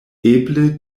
eble